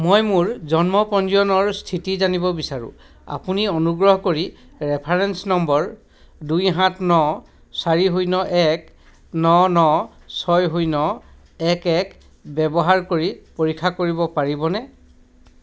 মই মোৰ জন্ম পঞ্জীয়নৰ স্থিতি জানিব বিচাৰো আপুনি অনুগ্ৰহ কৰি ৰেফাৰেন্স নম্বৰ দুই সাত ন চাৰি শূন্য এক ন ন ছয় শূন্য এক এক ব্যৱহাৰ কৰি পৰীক্ষা কৰিব পাৰিবনে